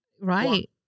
Right